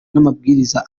n’amabwiriza